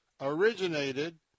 Originated